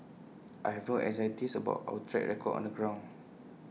I have no anxieties about our track record on the ground